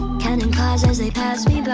counting cars as they pass